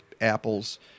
apples